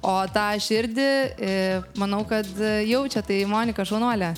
o tą širdį i manau kad jaučia tai monika šaunuolė